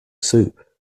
soup